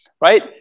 right